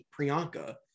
priyanka